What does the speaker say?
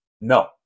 No